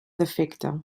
defecte